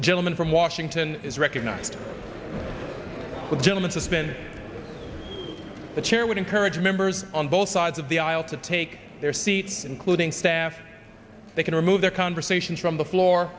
the gentleman from washington is recognized the gentleman suspend the chair would encourage members on both sides of the aisle to take their seat including staff they can remove their conversations from the floor